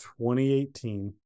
2018